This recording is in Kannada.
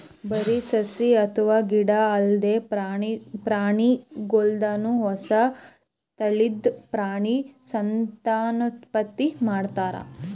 ಬರಿ ಸಸಿ ಅಥವಾ ಗಿಡ ಅಲ್ದೆ ಪ್ರಾಣಿಗೋಲ್ದನು ಹೊಸ ತಳಿದ್ ಪ್ರಾಣಿ ಸಂತಾನೋತ್ಪತ್ತಿ ಮಾಡ್ತಾರ್